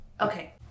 Okay